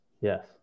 Yes